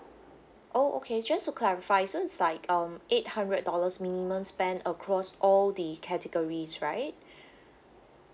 oh okay just to clarify so it's like um eight hundred dollars minimum spend across all the categories right